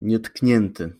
nietknięty